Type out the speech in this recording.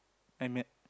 I met